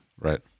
Right